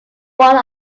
one